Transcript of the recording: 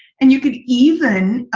and you can even